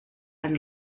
ein